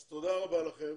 אז תודה רבה לכם